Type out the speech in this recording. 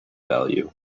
value